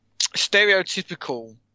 stereotypical